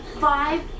five